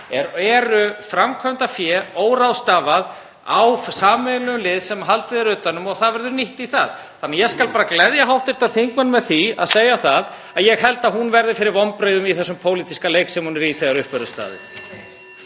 er framkvæmdafé óráðstafað á sameiginlegum lið sem haldið er utan um. Það verður nýtt í það. Ég skal gleðja hv. þingmann með því að segja að ég held að hún verði fyrir vonbrigðum í þessum pólitíska leik sem hún er í þegar upp verður staðið.